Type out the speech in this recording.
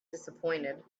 disappointed